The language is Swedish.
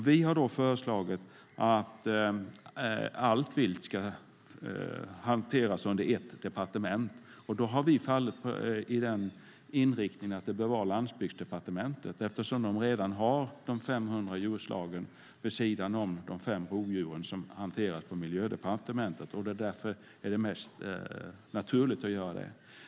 Vi har därför föreslagit att allt vilt ska hanteras av ett departement och har fastnat för att det bör vara Landsbygdsdepartementet, eftersom de redan har de 500 djurslagen vid sidan om de 5 rovdjuren som hanteras på Miljödepartementet. Det är därför mest naturligt att det är så.